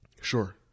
sure